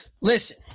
Listen